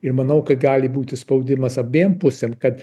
ir manau kad gali būti spaudimas abiem pusėm kad